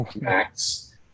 max